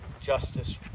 justice